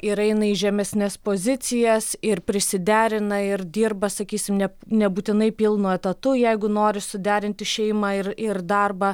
ir eina į žemesnes pozicijas ir prisiderina ir dirba sakysim ne nebūtinai pilnu etatu jeigu nori suderinti šeimą ir ir darbą